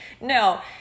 No